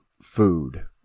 food